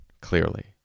clearly